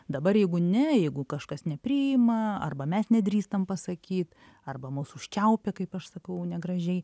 dabar jeigu ne jeigu kažkas nepriima arba mes nedrįstam pasakyt arba mus užčiaupia kaip aš sakau negražiai